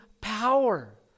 power